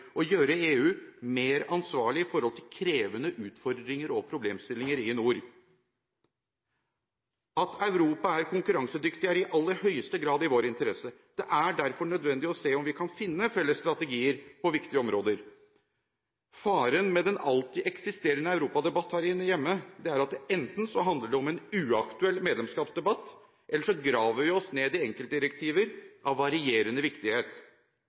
gjøre EU mer ansvarlig når det gjelder krevende utfordringer og problemstillinger i nord. At Europa er konkurransedyktig, er i aller høyeste grad i vår interesse. Det er derfor nødvendig å se om vi kan finne felles strategier på viktige områder. Faren med den alltid eksisterende europadebatten her hjemme er at det enten handler om en uaktuell medlemskapsdebatt, eller så graver vi oss ned i enkeltdirektiver av varierende viktighet.